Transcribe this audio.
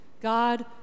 God